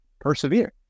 persevere